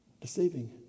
Deceiving